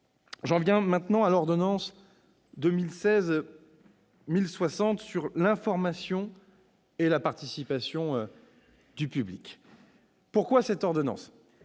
J'en viens maintenant à l'ordonnance n°2016-1060 sur l'information et la participation du public. Pourquoi cette ordonnance ?